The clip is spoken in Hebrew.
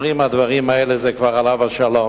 אומרים: הדברים האלה זה כבר "עליו השלום".